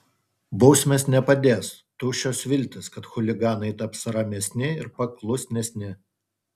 bausmės nepadės tuščios viltys kad chuliganai taps ramesni ir paklusnesni